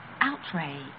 outrage